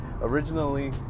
originally